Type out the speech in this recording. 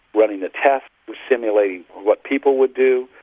running the tests, simulating what people would do,